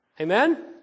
Amen